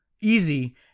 easy